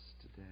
today